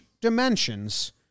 dimensions